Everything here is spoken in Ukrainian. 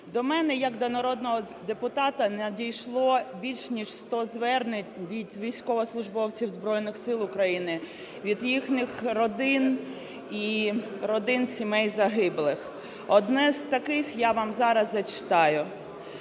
До мене як до народного депутата надійшло більш ніж 100 звернень від військовослужбовців Збройних Сил України, від їхніх родин і родин сімей загиблих. Одне з таких я вам зараз зачитаю.